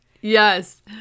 Yes